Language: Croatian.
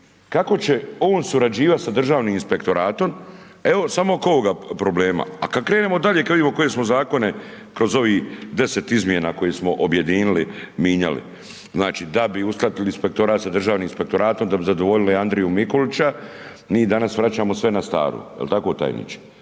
kako će on surađivat sa Državnim inspektoratom, evo samo oko ovoga problema, a kad krenemo dalje kad vidimo koje smo Zakone kroz ovi deset izmjena koje smo objedinili minjali, znači da bi uskladili Inspektorat sa Državnim inspektoratom da bi zadovoljili Andriju Mikulića, mi danas vraćamo sve na staro. Jel' tako tajniče?